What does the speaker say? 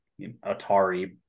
Atari